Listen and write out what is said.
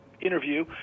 interview